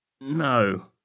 No